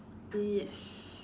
yes